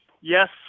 Yes